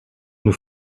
nous